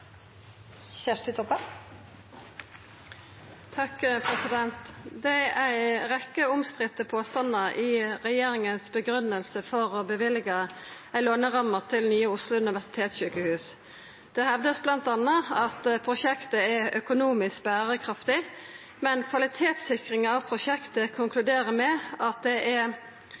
Nye Oslo universitetssykehus. Det hevdes blant annet at prosjektet er økonomisk bærekraftig, men kvalitetssikringen av prosjektet konkluderer med at det er